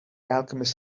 alchemist